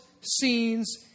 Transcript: scenes